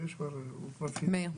מאיר.